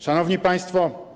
Szanowni Państwo!